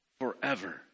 forever